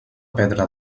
pedra